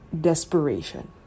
desperation